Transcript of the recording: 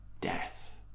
death